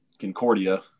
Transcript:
Concordia